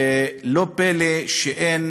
ולא פלא שאין